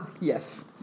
Yes